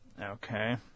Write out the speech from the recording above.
Okay